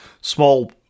small